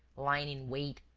lying in wait,